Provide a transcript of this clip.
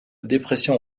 dépression